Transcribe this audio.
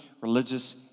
religious